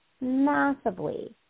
massively